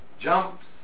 jumps